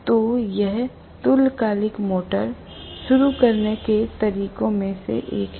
तो यह तुल्यकालिक मोटर शुरू करने के तरीकों में से एक है